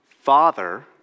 Father